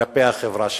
כלפי החברה שלו.